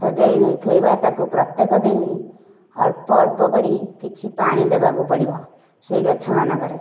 ସଜାଇ ଥୋଇବା ତାକୁ ପ୍ରତ୍ୟକେ ଦିନ ଅଳ୍ପ ଅଳ୍ପ କରି କିଛି ପାଣି ଦେବାକୁ ପଡିବ ସେଇ ଗଛ ମାନଙ୍କରେ